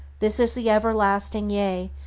this is the everlasting yea,